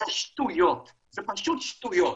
זה פשוט שטויות.